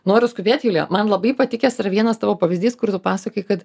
noriu skubėt julija man labai patikęs yra vienas tavo pavyzdys kur tu pasakojai kad